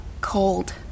cold